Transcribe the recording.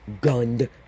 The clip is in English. gunned